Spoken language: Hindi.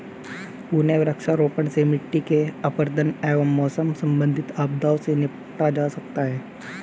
पुनः वृक्षारोपण से मिट्टी के अपरदन एवं मौसम संबंधित आपदाओं से निपटा जा सकता है